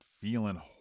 feeling